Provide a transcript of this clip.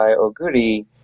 Oguri